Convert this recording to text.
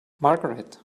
margaret